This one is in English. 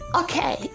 okay